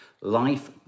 life